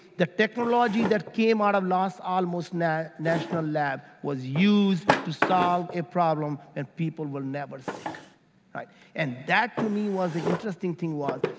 the technology that came out of los alamos national lab was used to solve a problem and people were never sick and that to me was the interesting thing was,